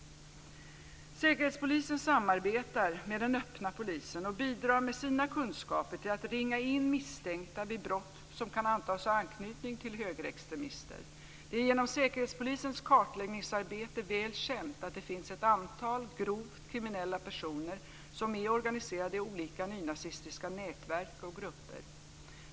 Säkerhetspolisen samarbetar med den öppna polisen och bidrar med sina kunskaper till att ringa in misstänkta vid brott som kan antas ha anknytning till högerextremister. Det är genom Säkerhetspolisens kartläggningsarbete väl känt att det finns ett antal grovt kriminella personer som är organiserade i olika nynazistiska nätverk och grupper.